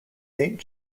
saint